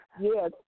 yes